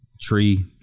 tree